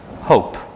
hope